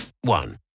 one